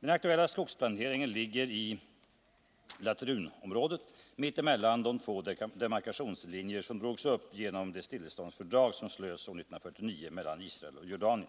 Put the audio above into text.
Den aktuella skogsplanteringen ligger i Latrunområdet, mitt emellan de två demarkationslinjer som drogs upp genom det stilleståndsfördrag som slöts år 1949 mellan Israel och Jordanien.